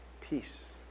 peace